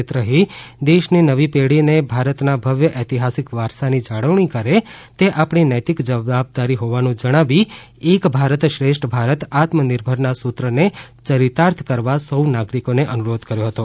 ત રહી દેશની નવી પેઢીને ભારતના ભવ્યય ઐતિહાસિક વારસાની જાણવણી કરે તે આપણી નૈતિક જવાબદારી હોવાનું જણાવી એક ભારત શ્રેષ્ઠ ભારત આત્મનિર્ભર નાસુત્રને યરિતાર્થ કરવા સૌ નાગરિકોને અનુરોધ કર્યો હતો